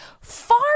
far